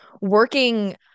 working